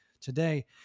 today